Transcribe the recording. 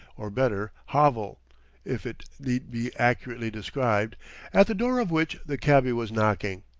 or, better, hovel if it need be accurately described at the door of which the cabby was knocking.